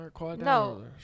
No